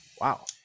Wow